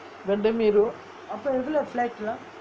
bendemeer road